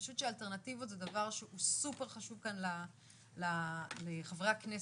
אני חושבת שהאלטרנטיבות זה דבר שהוא סופר חשוב כאן לחברי הכנסת,